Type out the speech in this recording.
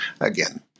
Again